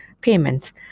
payments